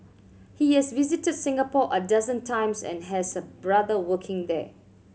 he has visited Singapore a dozen times and has a brother working there